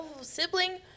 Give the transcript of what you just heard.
sibling